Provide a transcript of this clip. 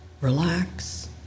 relax